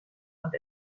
und